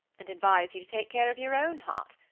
and advise you to take care of your own heart,